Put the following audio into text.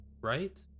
right